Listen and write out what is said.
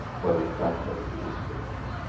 but in fact, they're the biggest takers.